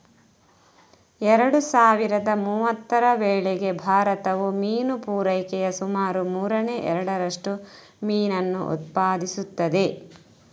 ಎರಡು ಸಾವಿರದ ಮೂವತ್ತರ ವೇಳೆಗೆ ಭಾರತವು ಮೀನು ಪೂರೈಕೆಯ ಸುಮಾರು ಮೂರನೇ ಎರಡರಷ್ಟು ಮೀನನ್ನು ಉತ್ಪಾದಿಸುತ್ತದೆ